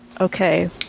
Okay